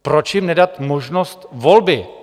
Proč jim nedat možnost volby?